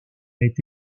est